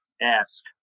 ask